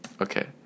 Okay